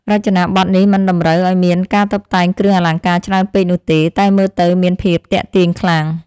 រចនាប័ទ្មនេះមិនតម្រូវឱ្យមានការតុបតែងគ្រឿងអលង្ការច្រើនពេកនោះទេ តែមើលទៅមានភាពទាក់ទាញខ្លាំង។